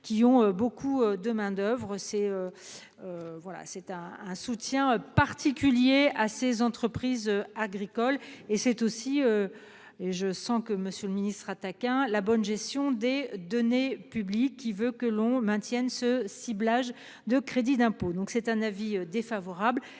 qui ont beaucoup de main-d'Oeuvres c'est. Voilà c'est un, un soutien particulier à ces entreprises agricoles et c'est aussi. Et je sens que Monsieur le Ministre attaque hein la bonne gestion des données publiques qui veut que l'on maintienne ce ciblage de crédit d'impôt donc c'est un avis défavorable,